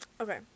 Okay